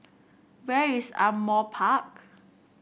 where is Ardmore Park